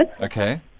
Okay